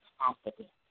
confident